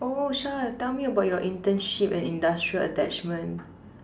oh Shah tell me about your internship and industrial attachment